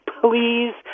Please